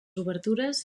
obertures